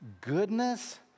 goodness